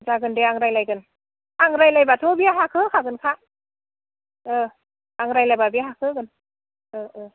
जागोन दे आं रायज्लायगोन आं रायज्लायब्लाथ' बियो हाखो होखागोनखा आं रायज्लायब्ला बे हाखो होगोन